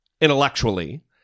intellectually